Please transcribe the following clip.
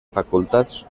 facultats